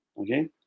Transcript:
Okay